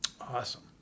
Awesome